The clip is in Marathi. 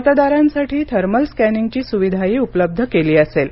मतदारांसाठी थर्मल स्कॅनिंगची सुविधाही उपलब्ध केली असेल